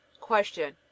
Question